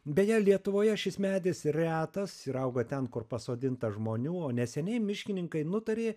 beje lietuvoje šis medis retas ir auga ten kur pasodinta žmonių o neseniai miškininkai nutarė